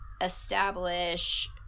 establish